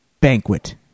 banquet